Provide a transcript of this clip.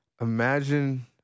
Imagine